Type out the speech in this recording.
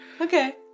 Okay